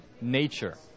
nature